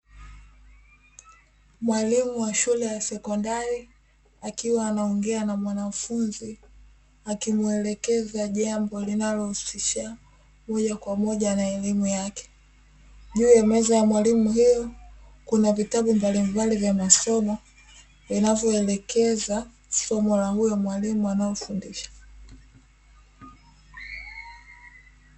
Mwalimu wa shule ya sekondari akiwa anaongea na mwanafunzi akimwelekeza jambo linalohusisha moja kwa moja na elimu yake. Juu ya meza ya mwalimu huyo kuna vitabu mbalimbali vya masomo vinavyoelekeza somo la huyo mwalimu anayefundisha.